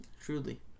Truly